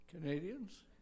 Canadians